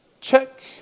Check